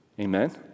Amen